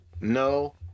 No